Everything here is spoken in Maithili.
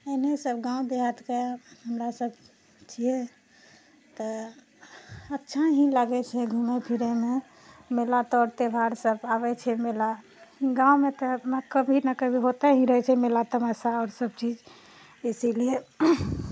अहिने सब गाँव देहातके हमरा सब छिऐ तऽ अच्छा ही लागए छै घूमए फिरएमे मेला तर त्योहार सब आबैत छै मेला गाँवमे तऽ कभी ने कभी होते ही रहए छै मेला तमासा आओर सब चीज इसीलिए